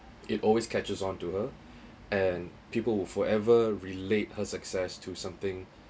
it always catches onto her and people will forever relate her success to something